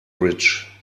rich